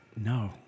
No